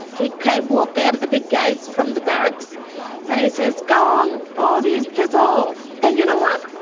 he kind of walked out of the big gates from the barracks and he says, go on, all of youse, piss off! and you know what,